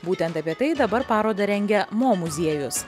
būtent apie tai dabar parodą rengia mo muziejus